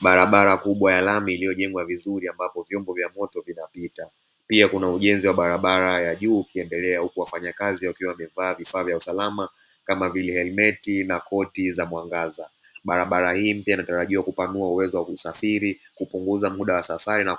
Barabara kubwa ya lami iliokuwa imejengwa vizuri, ambapo vyombo vya moto vinapita pia kuna ujenzi wa barabara ya juu ukiendelea, huku wafanyakazi wakiwa wamevaa vifaa vya usalama Kama vile kofia za kujikinga na koti za muangaza. barabara hii pia inaweza anatumia kupanua uwezo wa kusafiri kupunguza mda wa safari na